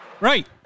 Right